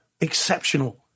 exceptional